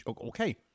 okay